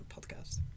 podcast